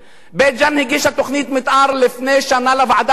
בית-ג'ן הגישה תוכנית מיתאר לפני שנה לוועדה המחוזית,